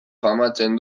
famatzen